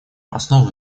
основу